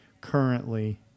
currently